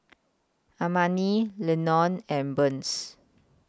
Amani Lenon and Burns